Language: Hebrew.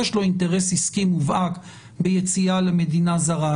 יש לו אינטרס עסקי מובהק ביציאה למדינה זרה,